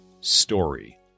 story